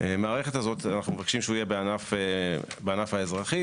המערכת הזאת יהיה בענף האזרחי,